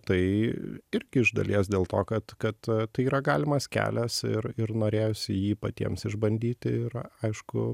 tai irgi iš dalies dėl to kad kad tai yra galimas kelias ir ir norėjosi jį patiems išbandyti ir aišku